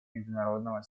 международного